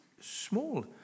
small